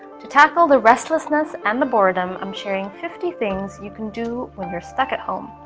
to tackle the restlessness and the boredom, i'm sharing fifty things you can do when you're stuck at home.